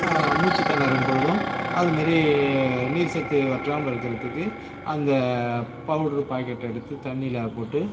மூச்சுத் திணறும் பொழுதும் அதுமாரி நீர் சத்து வற்றாமல் இருக்கிறதுக்கு அந்த பவுடர் பாக்கெட் எடுத்து தண்ணியில போட்டு